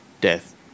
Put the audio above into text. death